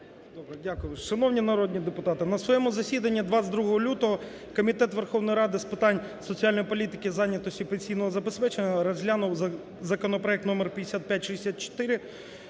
О.В. Дякую. Шановні народні депутати, на своєму засіданні 22 лютого Комітет Верховної Ради з питань соціальної політики, зайнятості і пенсійного забезпечення розглянув законопроект (номер 5564)